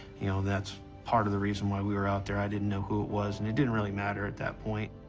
you know, that's part of the reason why we were out there. i didn't know who it was, and it didn't really matter at that point.